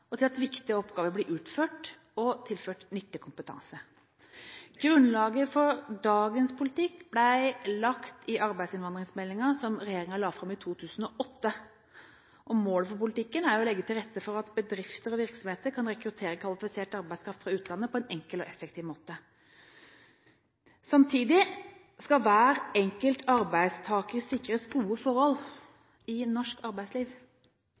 og til at viktige oppgaver blir utført, og den tilfører nyttig kompetanse. Grunnlaget for dagens politikk ble lagt i arbeidsinnvandringsmeldingen som regjeringen la fram i 2008, og målet for politikken er å legge til rette for at bedrifter og virksomheter kan rekruttere kvalifisert arbeidskraft fra utlandet på en enkel og effektiv måte. Samtidig skal hver enkelt arbeidstaker sikres gode forhold i norsk arbeidsliv.